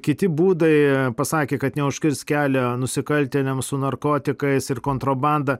kiti būdai pasakė kad neužkirs kelio nusikaltėliams su narkotikais ir kontrabanda